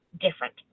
different